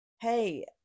hey